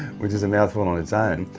which is a mouthful on its own.